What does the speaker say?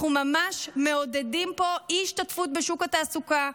אנחנו ממש מעודדים פה אי-השתתפות בשוק התעסוקה.